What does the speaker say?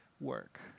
work